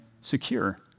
secure